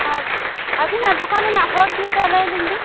ᱟᱨ ᱟᱹᱵᱤᱱᱟᱜ ᱫᱚᱠᱟᱱ ᱨᱮᱱᱟᱜ ᱦᱚᱨ ᱫᱤᱥᱟᱹ ᱞᱟᱹᱭᱟᱞᱤᱧ ᱵᱤᱱ